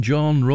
John